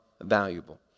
valuable